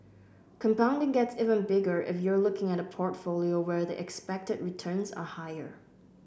compounding gets even bigger if you're looking at a portfolio where the expected returns are higher